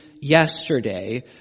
yesterday